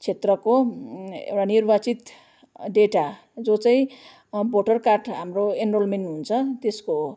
क्षेत्रको एउटा निर्वाचित डेटा जो चाहिँ भोटर कार्ड हाम्रो एन्रोल्मेन्ट हुन्छ त्यसको हो